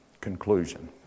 conclusion